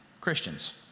Christians